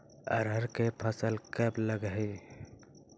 अरहर के फसल कब लग है?